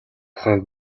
ухаанд